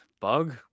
bug